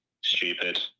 stupid